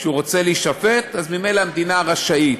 שהוא רוצה להישפט, אז ממילא המדינה רשאית,